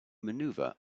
maneuver